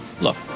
Look